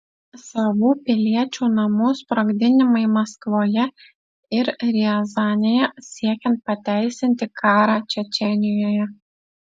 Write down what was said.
savų piliečių namų sprogdinimai maskvoje ir riazanėje siekiant pateisinti karą čečėnijoje